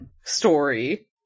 story